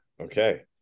Okay